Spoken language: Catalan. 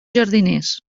jardiners